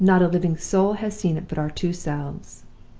not a living soul has seen it but our two selves